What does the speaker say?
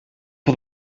het